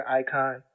icon